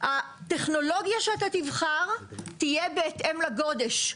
שהטכנולוגיה שאתה תבחר תהיה בהתאם לגודש.